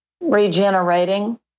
regenerating